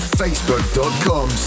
facebook.com